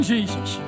Jesus